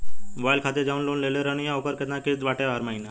Mobile खातिर जाऊन loan लेले रहनी ह ओकर केतना किश्त बाटे हर महिना?